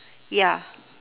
ya